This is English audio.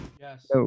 Yes